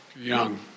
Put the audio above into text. Young